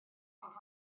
ond